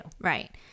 Right